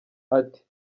ati